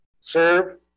Serve